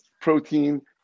protein